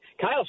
Kyle